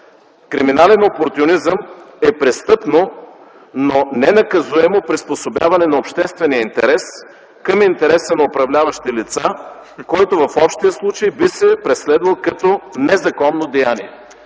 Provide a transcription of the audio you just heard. „Криминален опортюнизъм” е престъпно, но ненаказуемо приспособяване на обществения интерес към интереса на управляващи лица, който в общия случай би се преследвал като незаконно деяние.